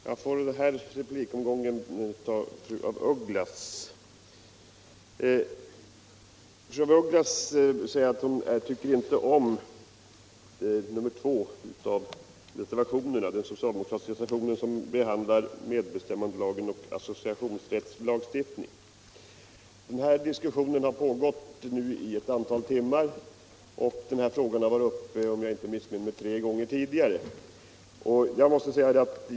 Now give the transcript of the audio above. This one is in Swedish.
Herr talman! Jag får väl ägna mig åt fru af Ugglas i den här replikomgången. Fru af Ugglas sade att hon inte tycker om reservationen 2, som behandlar sambandet mellan medbestämmandelagen och associationsrättslig lagstiftning. Diskussionen har nu pågått i ett antal timmar, och den här frågan har, om jag inte missminner mig, redan tagits upp tre gånger.